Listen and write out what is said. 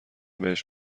بهش